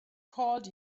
called